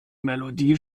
melodie